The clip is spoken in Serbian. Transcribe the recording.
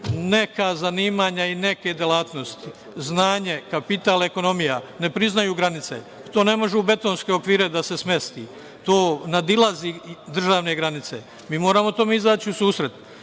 neka zanimanja i neke delatnosti. Znanje, kapital, ekonomija ne priznaju granice. To ne može u betonske okvire da se smesti. To nadilazi državne granice. Mi moramo tome izaći u susret.